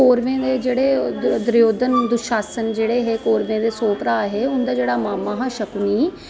कौरवें दे जेहडे़ दुर्योधन दुशासन जेहडे़ हे कौरवें दे सौ भ्रा हे उंदा जेहड़ा ममा हा शकुनी